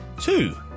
two